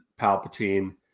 Palpatine